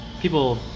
people